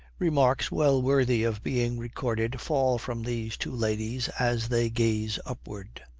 remarks well worthy of being recorded fall from these two ladies as they gaze upward.